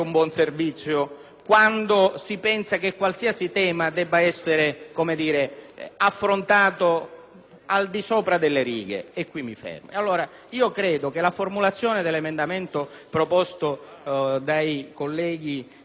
Credo che la formulazione dell'emendamento proposto dai colleghi Poretti ed altri sia sbagliata tecnicamente e nel merito.